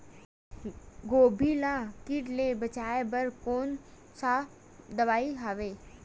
गोभी ल कीट ले बचाय बर कोन सा दवाई हवे?